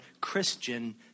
Christian